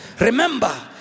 Remember